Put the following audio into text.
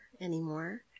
anymore